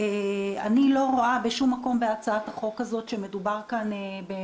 אני לא רואה בשום מקום בהצעת החוק שמדובר בסכום